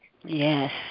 Yes